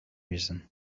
reason